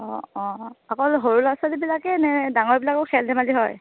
অঁ অঁ অকল সৰু ল'ৰা ছোৱালীবিলাকে নে ডাঙৰবিলাকৰো খেল ধেমালি হয়